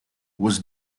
was